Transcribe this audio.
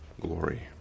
glory